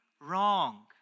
wrong